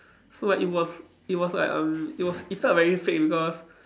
so like it was it was like um it was it felt very fake because